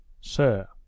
sir